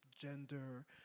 gender